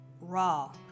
raw